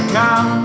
come